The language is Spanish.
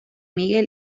miguel